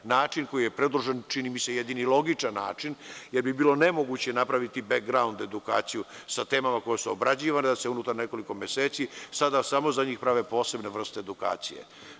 Način, koji je predložen, čini mi se je jedini logičan način, jer bi bilo nemoguće napraviti „bek graund“ edukaciju sa temama koje su obrađivane, da se unutar nekoliko meseci, sada samo za njih prave posebne vrste edukacije.